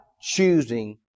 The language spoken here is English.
choosing